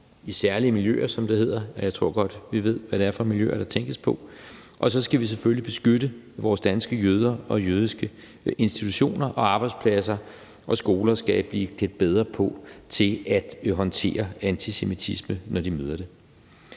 i særlige miljøer, som det hedder, og jeg tror godt, vi ved, hvad det er for nogle miljøer, der tænkes på. Og så skal vi selvfølgelig beskytte vores danske jøder og jødiske institutioner, og arbejdspladser og skoler skal blive klædt bedre på til at håndtere antisemitisme, når de møder det.